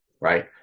right